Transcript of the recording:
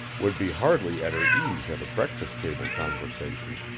would be hardly at her ease at a breakfast-table conversation.